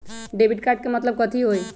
Debit card के मतलब कथी होई?